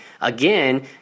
again